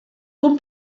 com